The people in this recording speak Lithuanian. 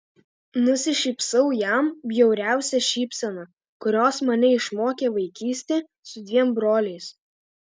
nusišypsau jam bjauriausia šypsena kurios mane išmokė vaikystė su dviem broliais